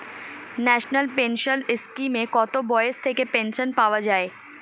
National pension স্কিমে কত বয়স থেকে পেনশন পাওয়া যায়?